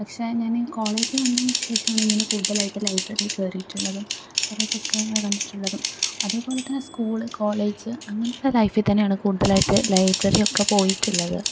പക്ഷേ ഞാനി കോളേജ് വന്നതിന് ശേഷമാണ് ഇങ്ങനെ കൂടുതലായിട്ടും ലൈബ്രറി കേറീട്ടുള്ളതും കുറെ പുസ്തകങ്ങൾ കണ്ടിട്ടുള്ളതും അതെപോലെ തന്നെ സ്കൂള് കോളേജ് അങ്ങനെയുള്ള ലൈഫിത്തന്നെയാണ് കൂടുതലായിട്ടും ലൈബ്രറിയൊക്കെ പോയിട്ടുള്ളത്